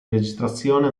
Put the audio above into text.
registrazione